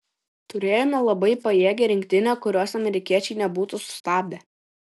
turėjome labai pajėgią rinktinę kurios amerikiečiai nebūtų sustabdę